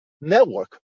network